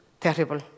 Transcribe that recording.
terrible